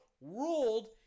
ruled